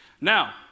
Now